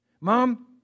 Mom